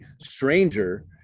stranger